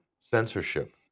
censorship